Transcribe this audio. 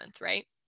right